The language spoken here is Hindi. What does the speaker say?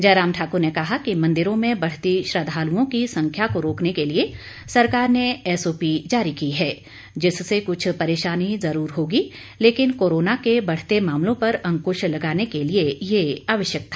जयराम ठाकुर ने कहा कि मंदिरों में बढती श्रद्वालुओं की संख्या को रोकने के लिए सरकार ने एसओपी जारी की है जिससे कुछ परेशाानी जरूर होगी लेकिन कोरोना के बढ़ते मामलों पर अंकुश लगाने के लिए ये आवश्यक था